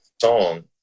song